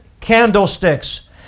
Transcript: candlesticks